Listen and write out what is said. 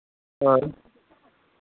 ᱦᱳᱭ